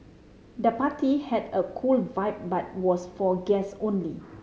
the party had a cool vibe but was for guest only